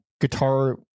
guitar